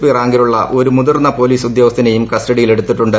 P റാങ്കിലുള്ള ഒരു മുതിർന്ന പോലീസ് ഉദ്യോഗസ്ഥനേയും കസ്റ്റഡിയിൽ എടുത്തിട്ടുണ്ട്